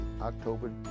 October